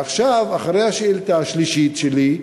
עכשיו, אחרי השאילתה השלישית שלי,